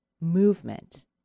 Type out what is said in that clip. movement